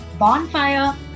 Bonfire